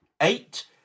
Eight